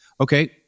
okay